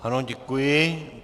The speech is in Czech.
Ano, děkuji.